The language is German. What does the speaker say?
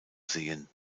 sehen